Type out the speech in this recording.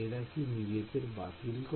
এরা কি নিজেদের বাতিল করে